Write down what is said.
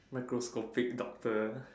microscopic doctor